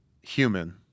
human